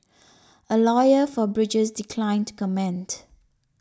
a lawyer for Bridges declined to comment